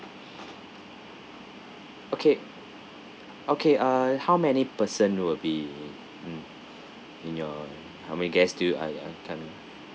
okay okay uh how many person will be mm in your how many guest do you